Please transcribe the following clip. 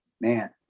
man